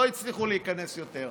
לא הצליחו להיכנס יותר,